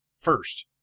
first